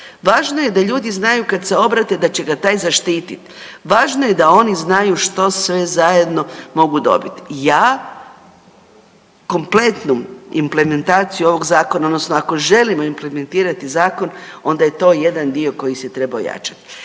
važno je da ljudi znaju kad se obrate da će ga taj zaštititi, važno je da oni znaju što sve zajedno mogu dobit. Ja kompletnu implementaciju ovog zakona odnosno ako želimo implementirati zakon onda je to jedan dio koji se treba ojačat.